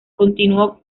continuó